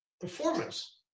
performance